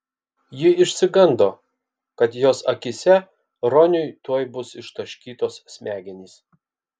ji išsigando kad jos akyse roniui tuoj bus ištaškytos smegenys